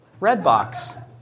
Redbox